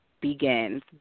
begins